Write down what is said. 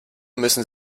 müssen